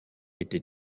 était